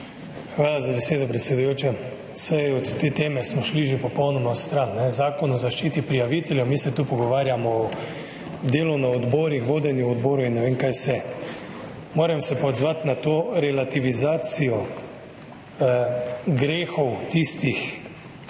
Hvala za besedo, predsedujoča. Saj od te teme smo šli že popolnoma stran, zakona o zaščiti prijaviteljev. Mi se tu pogovarjamo o delu na odborih, vodenju odborov in ne vem, kaj vse. Moram se pa odzvati na to relativizacijo grehov tistih